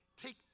Take